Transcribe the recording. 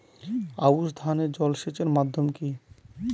আউশ ধান এ জলসেচের মাধ্যম কি?